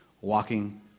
walking